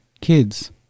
kids